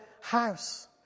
house